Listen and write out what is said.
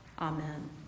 Amen